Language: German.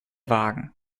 wagen